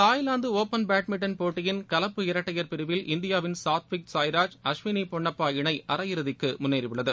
Thailand open badminton போட்டியின் கலப்பு இரட்டையர் பிரிவில் இந்தியாவின் சாத்விக் சாய்ராஜ் அஸ்வினி பொன்னப்பா இணை அரையிறுதிக்கு முன்னேறியுள்ளது